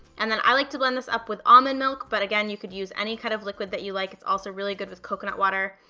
and then i like to blend this up with almond milk, but again, you could use any kind of liquid that you like, it's also really good with coconut water.